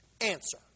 answer